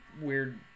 weird